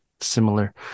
similar